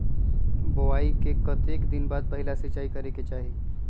बोआई के कतेक दिन बाद पहिला सिंचाई करे के चाही?